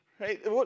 right